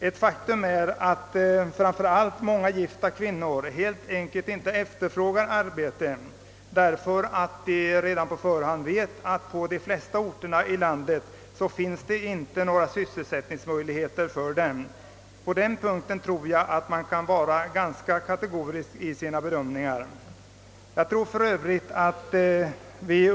Ett faktum är att många gifta kvinnor helt enkelt inte efterfrågar arbete, eftersom de på förhand vet att på de flesta orter i landet finns inga sysselsättningsmöjligheter för dem. På den punkten tror jag att man kan vara kategorisk i sina bedömanden.